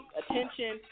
attention